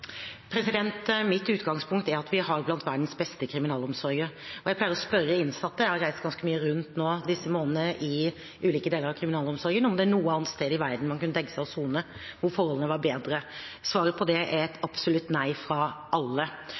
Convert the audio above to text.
Mitt utgangspunkt er at vi har en av verdens beste kriminalomsorger. Jeg pleier å spørre innsatte – jeg har reist ganske mye rundt disse månedene i ulike deler av kriminalomsorgen – om det er noe annet sted i verden man kunne tenke seg å sone, hvor forholdene var bedre. Svaret på det er et absolutt nei fra alle.